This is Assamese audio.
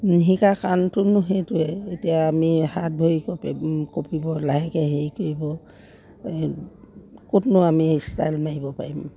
নিশিকা কামটো সেইটোৱে এতিয়া আমি হাত ভৰি কঁপিব লাহেকে হেৰি কৰিব ক'তনো আমি ষ্টাইল মাৰিব পাৰিম